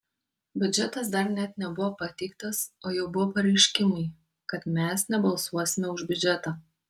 biudžetas dar net nebuvo pateiktas o jau buvo pareiškimai kad mes nebalsuosime už biudžetą